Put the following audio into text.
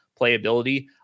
playability